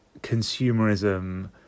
consumerism